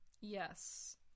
Yes